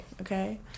Okay